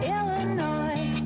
Illinois